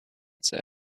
said